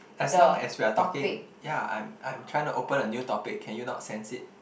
as long as we are talking yeah I'm I'm trying to open a new topic can you not sense it